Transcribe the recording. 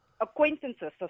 Acquaintances